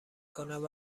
کند